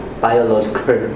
biological